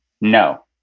No